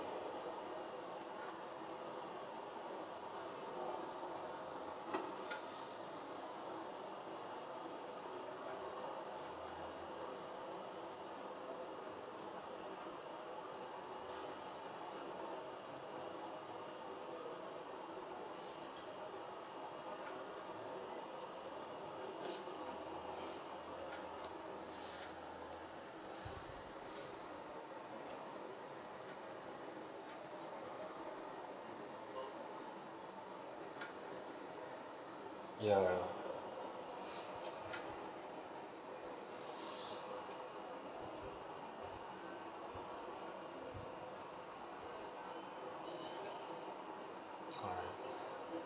ya correct